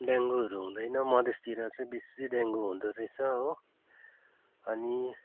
डेङ्गुहरू हुँदैन मधेसतिर चाहिँ बेसी डेङ्गु हुँदो रहेछ हो अनि